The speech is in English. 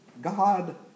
God